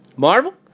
Marvel